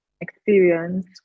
experience